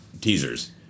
teasers